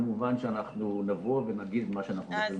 כמובן שנבוא ונגיד מה שאנחנו יכולים להגיד.